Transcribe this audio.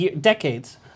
decades